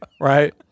right